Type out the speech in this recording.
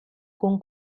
con